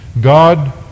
God